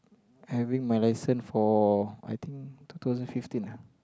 having my license for I think two thousand fifteen ah